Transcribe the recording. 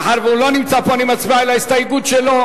מאחר שהוא לא נמצא פה אני מצביע על ההסתייגות שלו.